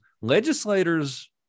legislators